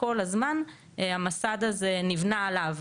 ובעצם כל הזמן המסד הזה נבנה עליו.